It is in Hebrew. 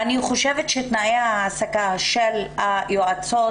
תנאי ההעסקה של היועצות